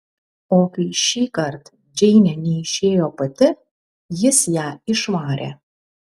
o kai šįkart džeinė neišėjo pati jis ją išvarė